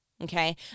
okay